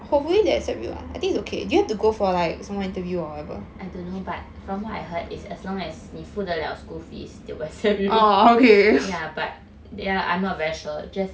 I don't know but from what I heard is as long as 你付的了 school fees they will accept you yeah but I'm not very sure just